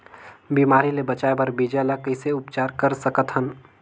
बिमारी ले बचाय बर बीजा ल कइसे उपचार कर सकत हन?